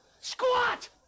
SQUAT